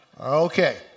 Okay